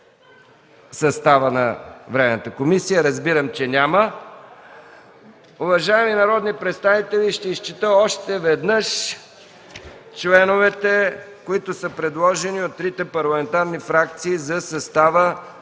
състава на временната комисия? Разбирам, че няма. Уважаеми народни представители, ще изчета още веднъж членовете, които са предложени от трите парламентарни фракции за състава